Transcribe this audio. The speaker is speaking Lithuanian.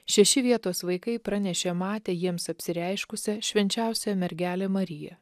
šeši vietos vaikai pranešė matę jiems apsireiškusią švenčiausią mergelę mariją